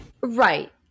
Right